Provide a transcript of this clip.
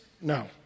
No